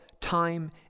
time